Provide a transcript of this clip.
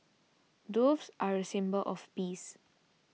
doves are a symbol of peace